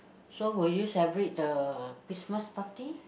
so will you celebrate the Christmas party